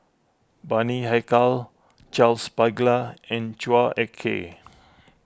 Bani Haykal Charles Paglar and Chua Ek Kay